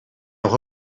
nog